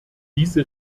diese